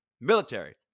military